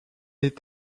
est